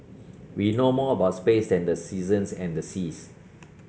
we know more about space than the seasons and the seas